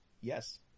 Yes